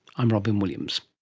i'm robyn williams